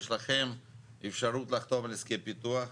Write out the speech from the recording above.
יש לכם אפשרות לחתום על הסכם פיתוח,